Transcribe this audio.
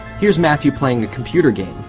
here's matthew playing the computer game,